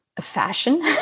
fashion